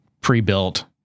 pre-built